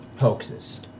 hoaxes